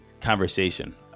conversation